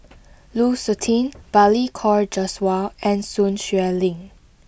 Lu Suitin Balli Kaur Jaswal and Sun Xueling